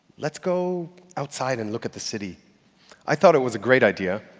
let's go outside and look at the city i thought it was a great idea.